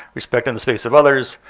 respecting the space of others,